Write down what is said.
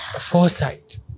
Foresight